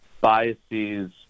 biases